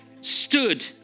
Stood